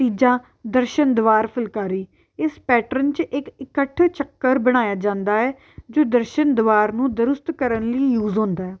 ਤੀਜਾ ਦਰਸ਼ਨ ਦੁਆਰ ਫੁਲਕਾਰੀ ਇਸ ਪੈਟਰਨ 'ਚ ਇੱਕ ਇਕੱਠ ਚੱਕਰ ਬਣਾਇਆ ਜਾਂਦਾ ਹੈ ਜੋ ਦਰਸ਼ਨ ਦੁਆਰ ਨੂੰ ਦਰੁਸਤ ਕਰਨ ਲਈ ਯੂਜ਼ ਹੁੰਦਾ ਹੈ